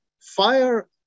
fire